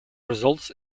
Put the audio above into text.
results